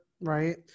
right